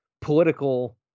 political